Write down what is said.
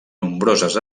nombroses